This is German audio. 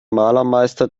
malermeister